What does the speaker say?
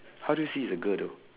how do you see it's a girl though